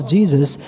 Jesus